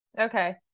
Okay